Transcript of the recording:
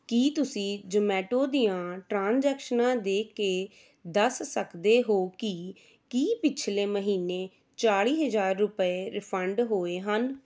ਕੀ ਤੁਸੀ ਜ਼ੋਮੈਟੋ ਦੀਆਂ ਟ੍ਰਾਂਜੈਕਸ਼ਨਾਂ ਦੇਖ ਕੇ ਦੱਸ ਸਕਦੇ ਹੋ ਕਿ ਕੀ ਪਿਛਲੇ ਮਹੀਨੇ ਚਾਲੀ ਹਜ਼ਾਰ ਰੁਪਏ ਰਿਫੰਡ ਹੋਏ ਹਨ